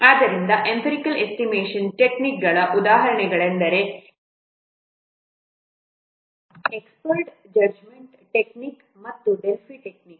ಆದ್ದರಿಂದ empirical estimation ಟೆಕ್ನಿಕ್ಗಳ ಉದಾಹರಣೆಗಳೆಂದರೆ ಎಕ್ಸ್ಪರ್ಟ್ ಜಡ್ಜ್ಮೆಂಟ್ ಟೆಕ್ನಿಕ್ ಮತ್ತು ಡೆಲ್ಫಿ ಟೆಕ್ನಿಕ್